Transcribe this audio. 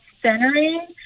Centering